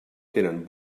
tenen